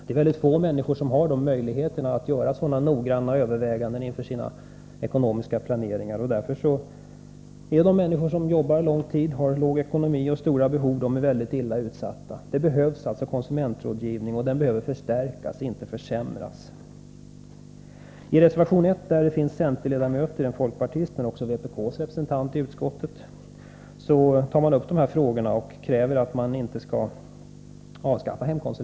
Det är ytterst få människor som har möjlighet att göra sådana noggranna överväganden inför sin ekonomiska planering. De människor som har långa arbetsdagar, klen ekonomi och stora behov är väldigt illa utsatta. Konsumentrådgivning behövs alltså, och den behöver förstärkas — inte försämras. I reservation 1, som är undertecknad av två centerledamöter och en folkpartist men också av vpk:s representant i utskottet, tar man upp dessa frågor och kräver att hemkonsulentverksamheten inte skall avvecklas.